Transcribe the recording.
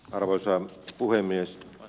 arvoisa puhemies